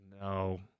no